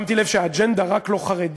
שמתי לב שהאג'נדה "רק לא חרדים"